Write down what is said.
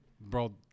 bro